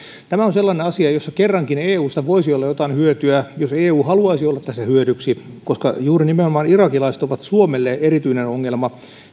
tämä on sellainen asia jossa kerrankin eusta voisi olla jotain hyötyä jos eu haluaisi olla tässä hyödyksi koska juuri nimenomaan irakilaisten palauttaminen on suomelle erityinen ongelma